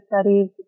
Studies